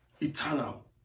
eternal